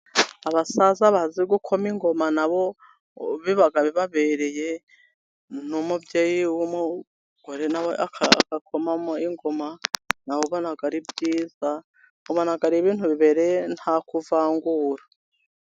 Abasaza bazi gukoma ingoma na bo biba babereye, n'umubyeyi w'umugore na we agakomamo ingoma nawe ubona ari byiza, ubona ibintu bibereye nta kuvangura.